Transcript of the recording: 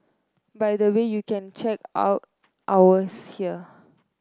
by the way you can check out ours here